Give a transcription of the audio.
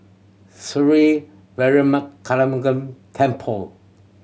Sri Veeramakaliamman Temple